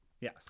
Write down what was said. Yes